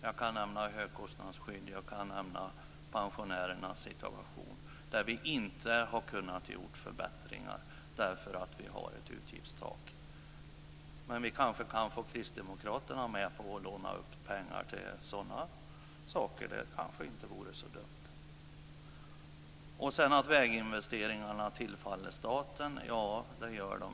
Jag kan nämna högkostnadsskydd och pensionärernas situation. Där har vi inte kunnat göra förbättringar eftersom vi har ett utgiftstak. Men vi kan kanske få med Kristdemokraterna på att låna upp pengar till sådana saker. Det vore kanske inte så dumt. Det är riktigt att väginvesteringarna tillfaller staten.